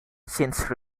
since